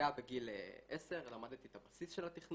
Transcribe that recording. זה היה בגיל 10, למדתי את הבסיס של התכנות,